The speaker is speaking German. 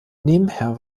nebenher